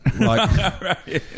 Right